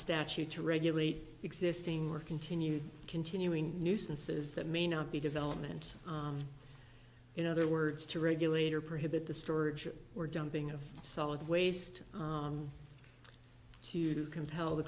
statute to regulate existing or continued continuing nuisances that may not be development in other words to regulate or prohibit the storage or dumping of solid waste to compel the